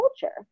culture